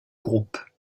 groupe